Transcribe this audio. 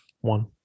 One